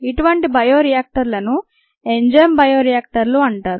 ఇటువంటి బయో రియాక్టర్లను enzyme bio రియాక్టర్లు అంటారు